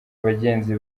bagenzi